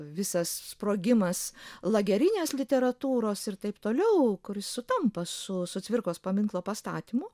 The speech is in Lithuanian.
visas sprogimas lagerinės literatūros ir taip toliau kuris sutampa su su cvirkos paminklo pastatymu